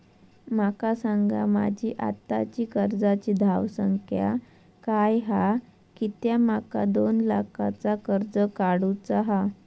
माका सांगा माझी आत्ताची कर्जाची धावसंख्या काय हा कित्या माका दोन लाखाचा कर्ज काढू चा हा?